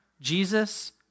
Jesus